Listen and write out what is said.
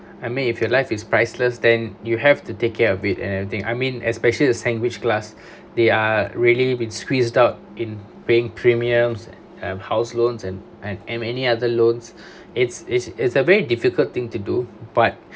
I mean if your life is priceless than you have to take care of it and everything I mean especially the sandwich class they are really been squeezed out in paying premiums um house loans and and and any other loans it's it's it's a very difficult thing to do but